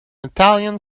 italian